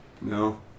No